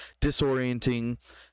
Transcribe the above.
disorienting